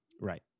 Right